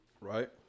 Right